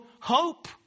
hope